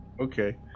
Okay